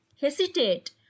hesitate